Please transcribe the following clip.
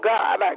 God